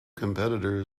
competitor